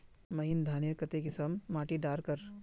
महीन धानेर केते की किसम माटी डार कर?